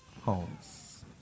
homes